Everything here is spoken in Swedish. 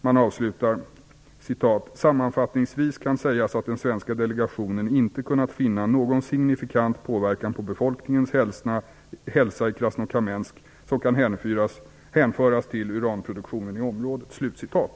Man avslutar: "Sammanfattningsvis kan sägas att den svenska delegationen inte kunnat finna någon signifikant påverkan på befolkningens hälsa i Krasnokamensk som kan hänföras till uranproduktionen i området."